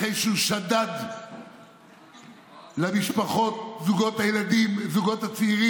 אחרי שהוא שדד למשפחות, לזוגות הצעירים,